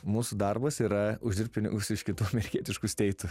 mūsų darbas yra uždirbt pinigus iš kitų amerikietiškus steitų